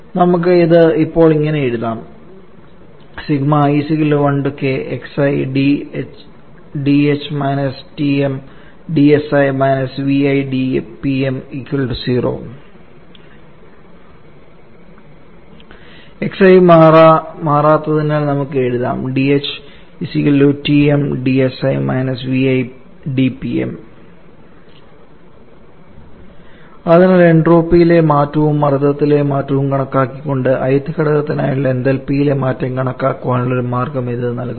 നമുക്ക് ഇത് ഇപ്പോൾ ഇങ്ങനെ എഴുതാം xi മാറാത്തതിനാൽ നമുക്ക് എഴുതാം 𝑑ℎ𝑖 𝑇𝑚 𝑑𝑠𝑖 − 𝑣𝑖 𝑑𝑃𝑚 അതിനാൽ എൻട്രോപ്പിലെ മാറ്റവും മർദ്ദത്തിലെ മാറ്റവും കണക്കാക്കിക്കൊണ്ട് ith ഘടകത്തിനായുള്ള എന്തൽപിയിലെ മാറ്റം കണക്കാക്കാനുള്ള ഒരു മാർഗ്ഗം ഇത് നൽകുന്നു